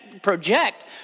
project